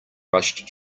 rushed